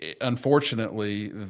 unfortunately